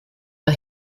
der